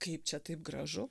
kaip čia taip gražu